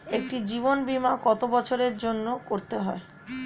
একটি জীবন বীমা কত বছরের জন্য করতে হয়?